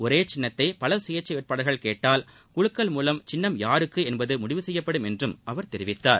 ஒரே சின்னத்தை பல சுயேச்சை வேட்பாளர்கள் கேட்டால் குலுக்கல் மூலம் சின்னம் யாருக்கு என்பது முடிவு செய்யப்படும் என்றும் அவர் தெரிவித்தார்